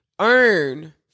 earn